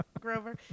Grover